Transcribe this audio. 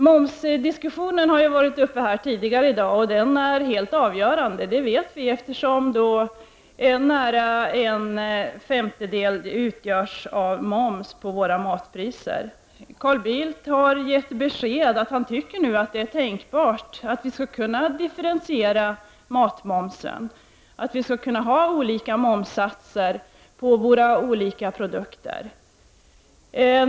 Momsdiskussionen har varit uppe tidigare i dag, och vi vet att momsen är helt avgörande, eftersom nära en femtedel av matpriset utgörs av moms. Carl Bildt har gett besked att han nu tycker att det är tänkbart att diffentiera matmomsen, att vi skulle kunna ha olika momssatser för olika produkter.